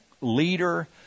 leader